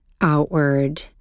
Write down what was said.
outward